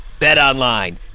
BetOnline